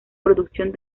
producción